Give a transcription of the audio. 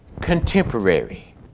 contemporary